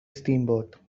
steamboat